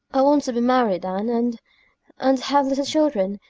i want to be married, anne and and have little children.